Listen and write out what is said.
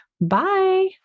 Bye